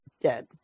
dead